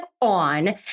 on